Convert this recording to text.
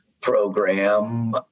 program